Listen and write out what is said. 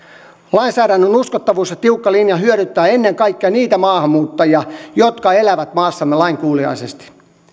lainsäädännön uskottavuus ja tiukka linja hyödyttävät ennen kaikkea niitä maahanmuuttajia jotka elävät maassamme lainkuuliaisesti